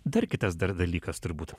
dar kitas dar dalykas turbūt